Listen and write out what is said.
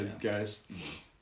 guys